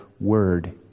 Word